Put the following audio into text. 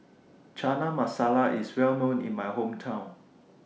Chana Masala IS Well known in My Hometown